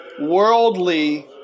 worldly